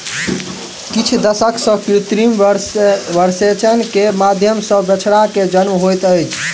किछ दशक सॅ कृत्रिम वीर्यसेचन के माध्यम सॅ बछड़ा के जन्म होइत अछि